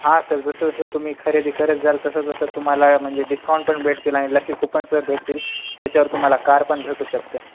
हा सर जसं जसं तुम्ही खरेदी करतजाल तसं तुम्हाला म्हणजे डिस्काउंट पण भेटतील आणि लकी कुपन्सवर भेटतील त्याच्यावर तुम्हाला कार पण भेटू शकते